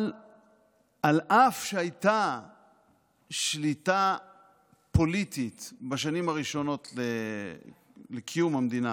אבל אף שהייתה שליטה פוליטית בשנים הראשונות לקיום המדינה